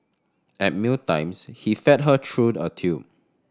at meal times he fed her through a tube